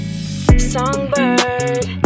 Songbird